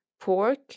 pork